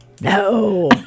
No